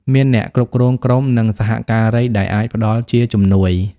មានអ្នកគ្រប់គ្រងក្រុមនិងសហការីដែលអាចផ្ដល់ជាជំនួយ។